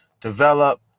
develop